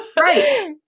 Right